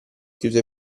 chiuso